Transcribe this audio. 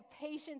patience